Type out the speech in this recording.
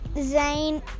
zane